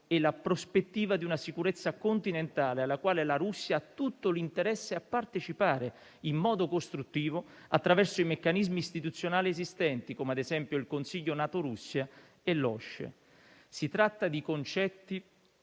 e la prospettiva di una sicurezza continentale alla quale la Russia ha tutto l'interesse a partecipare in modo costruttivo, attraverso i meccanismi istituzionali esistenti, come - ad esempio - il Consiglio NATO-Russia e l'OSCE. Si tratta di concetti